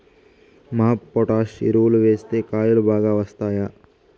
MOP potash ఎరువులు వేస్తే కాయలు బాగా వస్తాయా?